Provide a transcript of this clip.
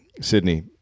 Sydney